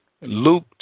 Luke